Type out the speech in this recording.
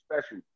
special